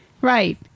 Right